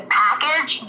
package